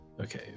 Okay